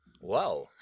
Wow